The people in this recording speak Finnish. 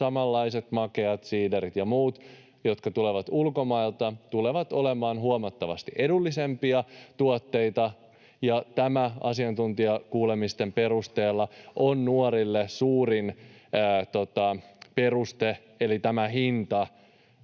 samanlaiset makeat siiderit ja muut, jotka tulevat ulkomailta, tulevat olemaan huomattavasti edullisempia tuotteita, ja tämä asiantuntijakuulemisten perusteella on nuorille suurin peruste, eli tämä hinta,